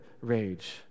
rage